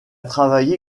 travaillé